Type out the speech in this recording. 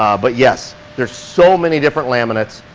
um but yes, there's so many different laminates.